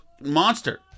monster